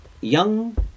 young